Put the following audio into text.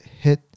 hit